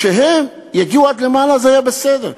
יגיעו למעלה, זה היה בסדר.